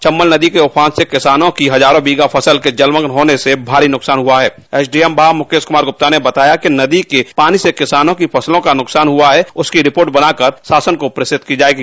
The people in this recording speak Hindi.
चंबल नदी के उफान से किसानों की हजारों बीघा फसल के जलमग्न होने से भारी नुकसान हुआ है एसडीएम बाह मुकेश कुमार गुप्ता ने बताया कि नदी के पानी से किसानों की फसलों का नुकसान हआ है उसकी रिपोर्ट बनाकर शासन को प्रेषित की जायेगी